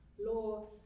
law